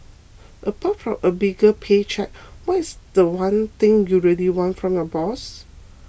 apart from a bigger pay cheque what's the one thing you really want from your boss